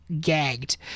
gagged